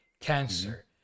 cancer